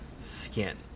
skin